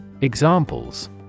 Examples